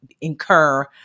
incur